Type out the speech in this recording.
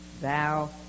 Thou